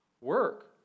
Work